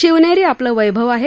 शिवनेरी आपलं वैभव आहे